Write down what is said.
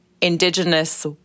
indigenous